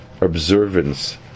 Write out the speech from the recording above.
observance